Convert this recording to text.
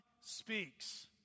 speaks